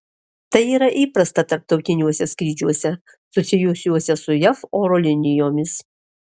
tai yra įprasta tarptautiniuose skrydžiuose susijusiuose su jav oro linijomis